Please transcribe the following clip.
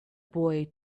boy